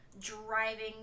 driving